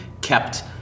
kept